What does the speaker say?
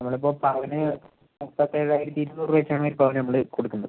നമ്മൾ ഇപ്പോൾ പവന് മുപ്പത്തേഴായിരത്തി ഇരുന്നൂറ് രൂപ വെച്ചാണ് ഒരു പവന് നമ്മൾ കൊടുക്കുന്നത്